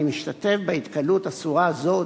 והמשתתף בהתקהלות אסורה זו,